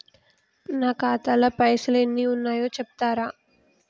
నా ఖాతా లా పైసల్ ఎన్ని ఉన్నాయో చెప్తరా?